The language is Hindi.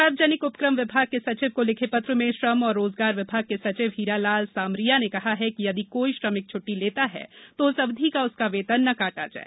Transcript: सार्वजनिक उपक्रम विभाग के सचिव को लिखे पत्र में श्रम और रोजगार विभाग के सचिव हीरालाल सामरिया ने कहा कि यदि कोई श्रमिक छट्टी लेता है तो उस अवधि का उसका वेतन न काटा जाए